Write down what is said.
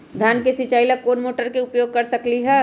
धान के सिचाई ला कोंन मोटर के उपयोग कर सकली ह?